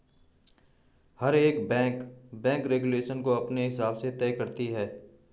हर एक bank bank regulation को अपने हिसाब से तय करती है